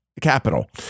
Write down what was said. capital